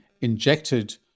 injected